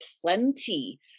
plenty